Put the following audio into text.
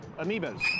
amoebas